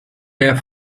der